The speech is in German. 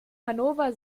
hannover